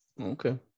Okay